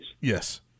Yes